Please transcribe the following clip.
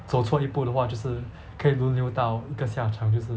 走错一步的话就是可以轮流到一个下场就是